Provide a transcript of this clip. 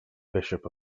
bishop